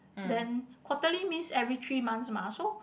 then quarterly means every three months mah so